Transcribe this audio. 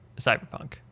Cyberpunk